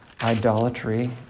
idolatry